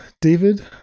David